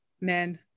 men